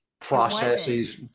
processes